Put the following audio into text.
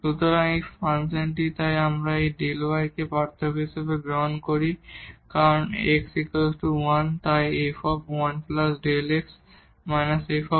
সুতরাং এই ফাংশন তাই যদি আমরা এই Δ y কে এই পার্থক্য হিসাবে গ্রহণ করি কারণ x 1 এ তাই f 1Δ x −f